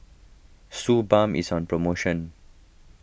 Suu Balm is on promotion